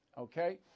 Okay